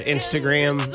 Instagram